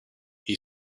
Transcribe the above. she